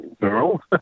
girl